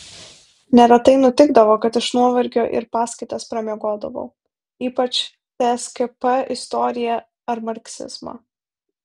neretai nutikdavo kad iš nuovargio ir paskaitas pramiegodavau ypač tskp istoriją ar marksizmą